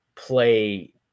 play